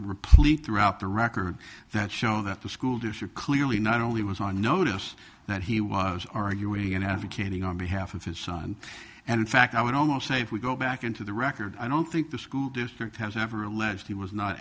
replete throughout the records that show that the school district clearly not only was on notice that he was arguing and advocating on behalf of his son and in fact i would almost say if we go back into the record i don't think the school district has ever alleged he was not